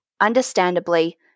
Understandably